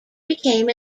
became